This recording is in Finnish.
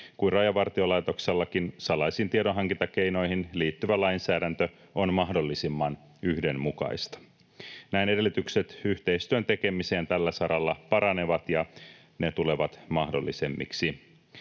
kuin Rajavartiolaitoksellakin, salaisiin tiedonhankintakeinoihin liittyvä lainsäädäntö on mahdollisimman yhdenmukaista. Näin edellytykset yhteistyön tekemiseen tällä saralla paranevat ja ne tulevat mahdollisemmiksi,